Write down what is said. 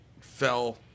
fell